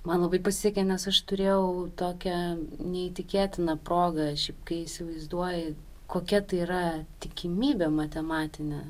man labai pasisekė nes aš turėjau tokią neįtikėtiną progą šiaip kai įsivaizduoji kokia tai yra tikimybė matematinė